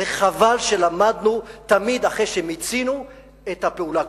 וחבל, תמיד אחרי שמיצינו את הפעולה הכוחנית,